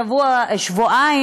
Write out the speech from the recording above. שבועיים,